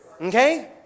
okay